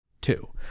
two